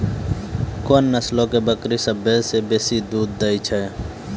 कोन नस्लो के बकरी सभ्भे से बेसी दूध दै छै?